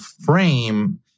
frame